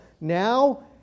now